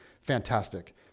Fantastic